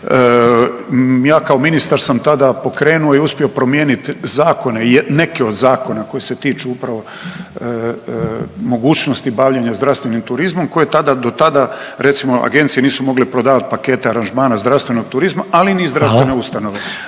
ja kao ministar sam tada pokrenuo i uspio promijenit zakone, neke od zakona koji se tiču upravo mogućnosti bavljenja zdravstvenim turizmom koji je tada, do tada recimo agencije nisu mogle prodavat pakete aranžmana zdravstvenog turizma, ali ni zdravstvene ustanove…Upadica